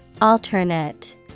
Alternate